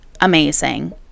amazing